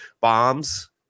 bombs